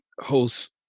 hosts